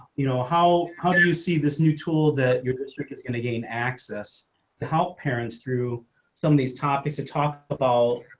you know how, how do you see this new tool that your district is going to gain access to help parents through some of these topics to talk about,